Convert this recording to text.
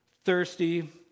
thirsty